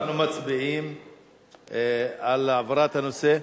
אז אנחנו מצביעים על העברת הנושא,